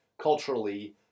culturally